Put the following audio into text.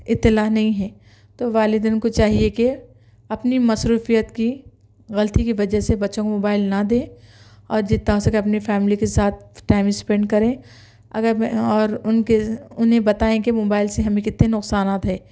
اطلاع نہیں ہے تو والدین کو چاہیے کہ اپنی مصروفیت کی غلطی کی وجہ سے بچوں کو موبائل نہ دیں اور جتنا ہو سکے اپنی فییملی کے ساتھ ٹائم اسپینڈ کریں اگر میں اور اُن کے اُنہیں بتائیں کہ موبائل سے ہمیں کتنے نقصانات ہے